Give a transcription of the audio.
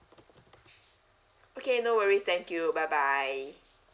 okay no worries thank you bye bye